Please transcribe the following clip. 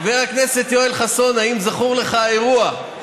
חבר הכנסת יואל חסון, האם זכור לך האירוע?